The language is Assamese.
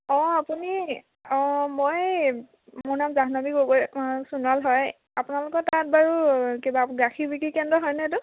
অঁ আপুনি অঁ মই মোৰ নাম জাহ্নৱী গগৈ সোনোৱাল হয় আপোনালোকৰ তাত বাৰু কিবা গাখীৰ বিক্ৰী কেন্দ্ৰ হয় নে এইটো